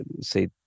say